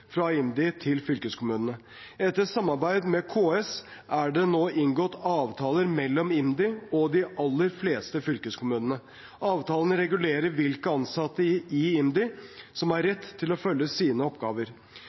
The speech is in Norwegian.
fra IMDi til fylkeskommunene. Etter samarbeid med KS er det nå inngått avtaler mellom IMDi og de aller fleste fylkeskommunene. Avtalene regulerer hvilke ansatte i IMDi som har rett til å følge sine oppgaver.